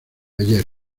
ayer